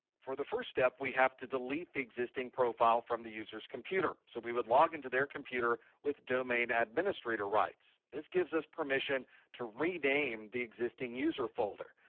for the first step, we have to delete the existing profile from the user's computer. so we would log into their computer with domain administrator rights. this gives us permission to rename the existing user folder.